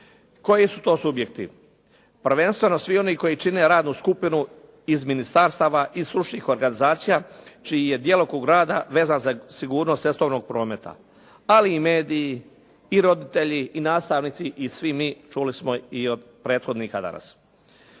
Koji su to subjekti. Prvenstveno svi oni koji čine radnu skupinu iz ministarstava i stručnih organizacija čiji je djelokrug rada vezan za sigurnost cestovnog prometa ali i mediji i roditelji i nastavnici i svi mi čuli smo i od prethodnika danas.